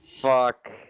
Fuck